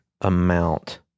amount